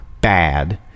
bad